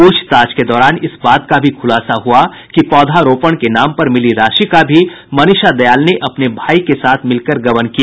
पूछताछ के दौरान इस बात का भी खुलासा हुआ कि पौधा रोपण के नाम पर मिली राशि का भी मनीषा दयाल ने अपने भाई के साथ मिलकर गबन किया